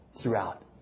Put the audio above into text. throughout